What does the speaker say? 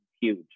huge